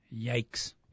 Yikes